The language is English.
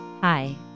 Hi